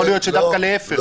יכול להיות שדווקא להפך.